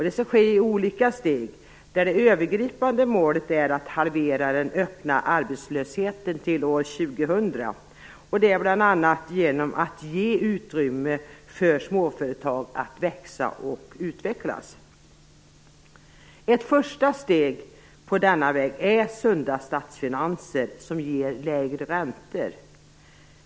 Det skall ske i olika steg, där det övergripande målet är att halvera den öppna arbetslösheten till år 2000 - detta genom att ge utrymme för småföretag att växa och utvecklas. Ett första steg på denna väg är sunda statsfinanser, som ger lägre räntor.